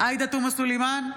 עאידה תומא סלימאן,